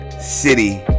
city